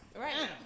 Right